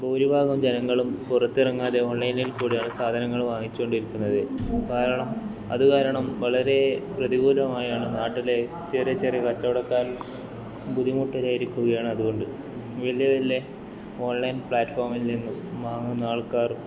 ഭൂരിഭാഗം ജനങ്ങളും പുറത്തിറങ്ങാതെ ഓൺലൈനിൽ കൂടിയാണ് സാധനങ്ങൾ വാങ്ങിച്ചു കൊണ്ടിരിക്കുന്നത് കാരണം അത് കാരണം വളരെ പ്രതികൂലമായാണ് നാട്ടിലെ ചെറിയ ചെറിയ കച്ചവടക്കാരൻ ബുദ്ധിമുട്ട് നേരിടുകയാണ് അതുകൊണ്ട് വലിയ വലിയ ഓൺലൈൻ പ്ലാറ്റ്ഫോമിൽ നിന്നും വാങ്ങുന്ന ആൾക്കാർ